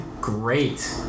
Great